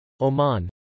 Oman